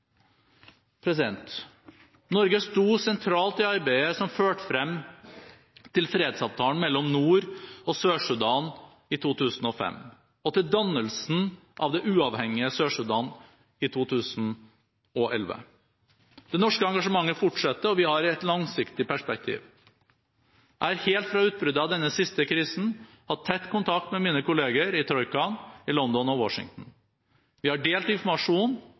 Norge sto sentralt i arbeidet som førte frem til fredsavtalen mellom nord og sør i Sudan i 2005, og til dannelsen av det uavhengige Sør-Sudan i 2011. Det norske engasjementet fortsetter, og vi har et langsiktig perspektiv. Jeg har helt fra utbruddet av denne siste krisen hatt tett kontakt med mine kolleger i troikaen i London og Washington. Vi har delt informasjon